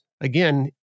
again